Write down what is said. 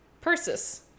Persis